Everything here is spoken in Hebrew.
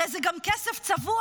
הרי זה גם כסף צבוע,